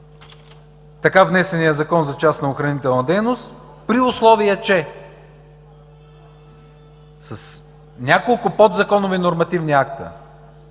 така внесеният Закон за частната охранителна дейност, при условие че с няколко подзаконови нормативни акта,